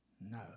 No